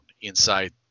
inside